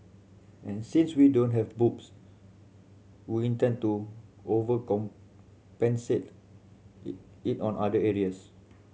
and since we don't have boobs we intend to overcompensate in other areas